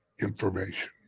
information